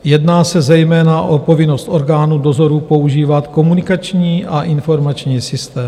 Jedná se zejména o povinnost orgánů dozoru používat komunikační a informační systém.